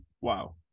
wow